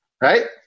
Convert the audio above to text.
right